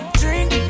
drink